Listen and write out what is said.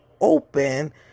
open